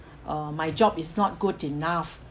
uh my job is not good enough